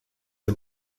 and